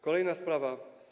Kolejna sprawa.